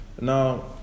now